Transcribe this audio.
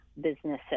businesses